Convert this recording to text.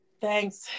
thanks